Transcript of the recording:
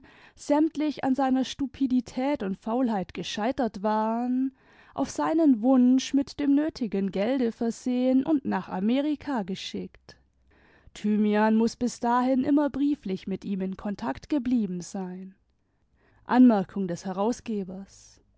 sämtlich an seiner stupidität und faulheit gescheitert waren auf seinen wunsch mit dem nötigen gelde versehen und nach amerika geschickt thymian muß bis dahin immer brieflich mit ihm in kontakt geblieben sein